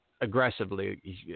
aggressively